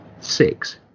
six